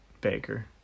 Baker